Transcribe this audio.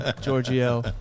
Giorgio